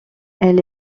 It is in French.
elle